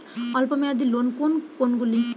অল্প মেয়াদি লোন কোন কোনগুলি?